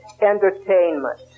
entertainment